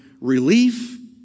relief